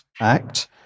act